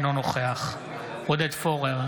אינו נוכח עודד פורר,